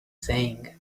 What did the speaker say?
saying